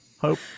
Hope